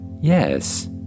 Yes